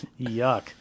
Yuck